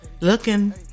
looking